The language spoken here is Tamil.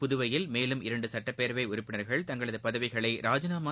புதுவையில் மேலும் இரண்டு சட்டப்பேரவை உறுப்பினர்கள் தங்களது பதவிகளை ராஜினாமா